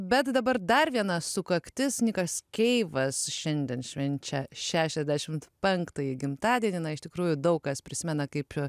bet dabar dar viena sukaktis nikas keivas šiandien švenčia šešiasdešimt penktąjį gimtadienį na iš tikrųjų daug kas prisimena kaip